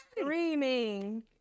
screaming